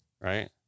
right